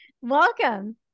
welcome